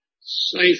safe